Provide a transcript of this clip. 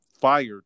fired